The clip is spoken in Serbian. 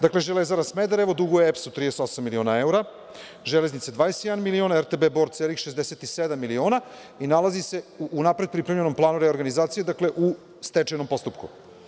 Dakle, „Železara Smederevo“ duguje EPS-u 38 miliona evra, Železnice 21 milion, RTB „Bor“ celih 67 miliona i nalazi se u unapred pripremljenom planu reorganizacije, dakle, u stečajnom postupku.